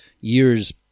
years